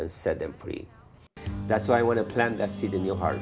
and set them free that's what i want to plant that seed in your heart